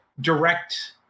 direct